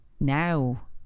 now